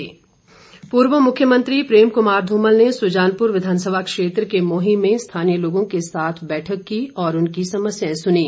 धुमल पूर्व मुख्यमंत्री प्रेम कुमार धूमल ने सुजानपुर विधानसभा क्षेत्र के मोहीं में स्थानीय लोगों के साथ बैठक की और उनकी समस्याए सुनीं